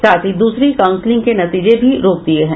साथ ही दूसरी काउंसिलिंग के नतीजे भी रोक दिये हैं